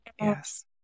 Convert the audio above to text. Yes